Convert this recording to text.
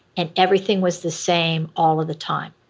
and everything was the same all of the time.